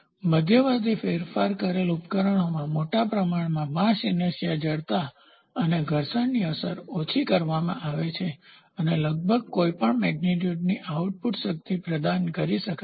મધ્યવર્તી ફેરફાર કરેલ ઉપકરણોમાં મોટા પ્રમાણમાં માસ ઇનર્શીયા જડતા અને ઘર્ષણની અસર ઓછી કરવામાં આવે છે અને લગભગ કોઈપણ મેગ્નીટ્યુડપરિમાણની આઉટપુટ શક્તિ પ્રદાન કરી શકાય છે